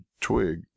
twig